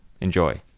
Enjoy